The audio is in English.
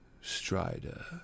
Strider